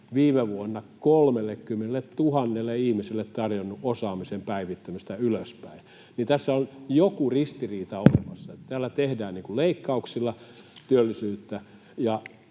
viime vuonna 30 000 ihmiselle tarjonnut osaamisen päivittämistä. Tässä on joku ristiriita olemassa. Täällä tehdään leikkauksilla työllisyyttä